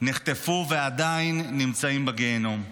נחטפו ועדיין נמצאים בגיהינום.